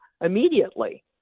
immediately